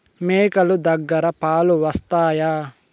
మేక లు దగ్గర పాలు వస్తాయా?